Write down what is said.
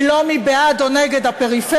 היא לא מי בעד או נגד הפריפריה,